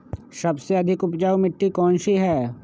सबसे अधिक उपजाऊ मिट्टी कौन सी हैं?